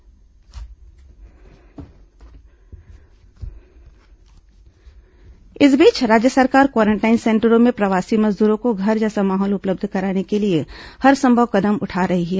quarantine centre इस बीच राज्य सरकार क्वारेंटाइन सेंटरों में प्रवासी मजदूरों को घर जैसा माहौल उपलब्ध कराने के लिए हरसंभव कदम उठा रही है